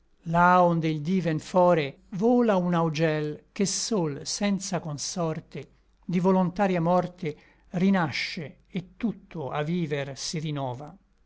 onde il dí vèn fore vola un augel che sol senza consorte di volontaria morte rinasce et tutto a viver si rinova